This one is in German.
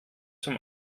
zum